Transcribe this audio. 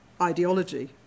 ideology